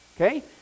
Okay